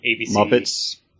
Muppets